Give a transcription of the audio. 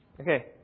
Okay